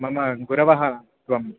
मम गुरवः त्वम्